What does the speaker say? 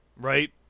right